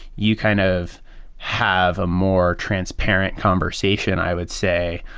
you kind of have a more transparent conversation, i would say,